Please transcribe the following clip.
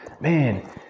man